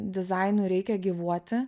dizainui reikia gyvuoti